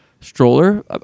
stroller